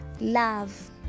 love